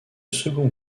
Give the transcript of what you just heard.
second